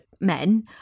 men